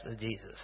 Jesus